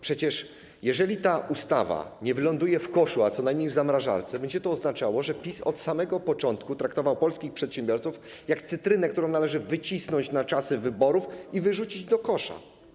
Przecież jeżeli ta ustawa nie wyląduje w koszu, a co najmniej w zamrażarce, będzie to oznaczało, że PiS od samego początku traktował polskich przedsiębiorców jak cytrynę, którą należy wycisnąć na czasy wyborów i wyrzucić do kosza.